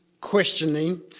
questioning